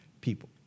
people